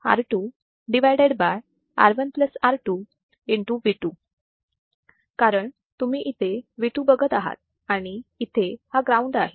म्हणून कारण तुम्ही इथे V2 बघत आहात आणि इथे हा ग्राउंड आहे